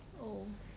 oh